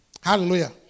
Hallelujah